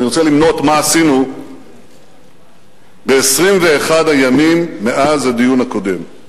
אני רוצה למנות מה עשינו ב-21 הימים מאז הדיון הקודם.